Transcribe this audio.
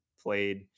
played